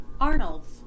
Arnold's